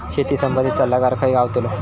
शेती संबंधित सल्लागार खय गावतलो?